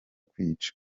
kwica